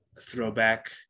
Throwback